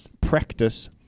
practice